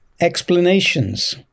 explanations